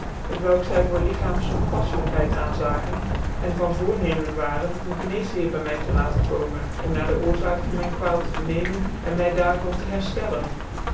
t welk zy voor lichaams onpaflclijkhcid aanzagen cn van voornamen waren een gcnccsmccfter by my te laten komen om na dc oorzaak van mijn kwaal tc vernemen cn my daar van tc